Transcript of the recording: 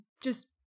just-